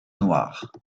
noires